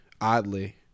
oddly